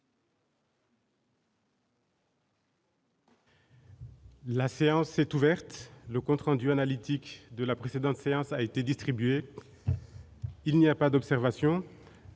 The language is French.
La séance est ouverte, le compte rendu analytique de la précédente séance a été distribué, il n'y a pas d'observation,